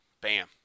Bam